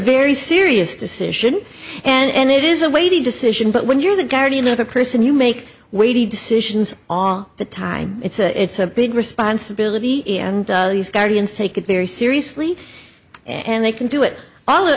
very serious decision and it is a weighty decision but when you're the guardian of the person you make weighty decisions all the time it's a it's a big responsibility and guardians take it very seriously and they can do it al